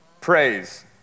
Praise